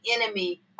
enemy